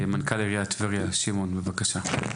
מנכ״ל עיריית טבריה, שמעון פיניאן, בבקשה.